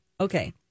Okay